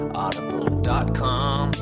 audible.com